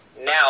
Now